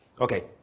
Okay